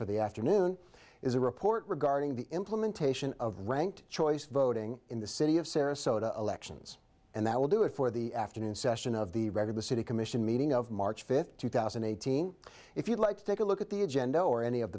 for the afternoon is a report regarding the implementation of rank choice voting in the city of sarasota elections and that will do it for the afternoon session of the record the city commission meeting of march fifth two thousand and eighteen if you'd like to take a look at the agenda or any of